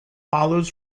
follows